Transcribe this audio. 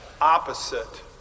opposite